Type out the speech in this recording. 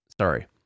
Sorry